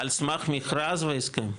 על סמך מכרז, הסכם.